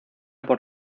por